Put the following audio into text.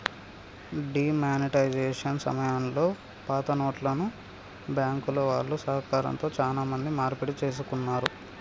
D monetisation సమయంలో పాతనోట్లను బ్యాంకుల వాళ్ళ సహకారంతో చానా మంది మార్పిడి చేసుకున్నారు